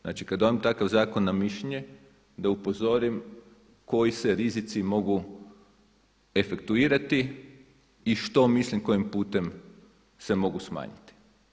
Znači, kad dobijem takav zakon na mišljenje da upozorim koji se rizici mogu efektuirati i što mislim kojim putem se mogu smanjiti.